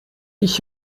ich